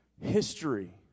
History